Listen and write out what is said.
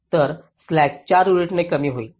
तर स्लॅक 4 युनिट्सने कमी होईल